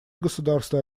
государства